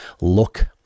look